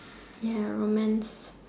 ya romance